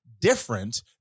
different